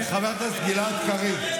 חבר הכנסת גלעד קריב.